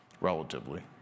relatively